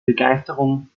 begeisterung